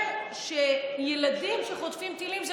שאומר שילדים שחוטפים טילים,